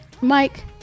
Mike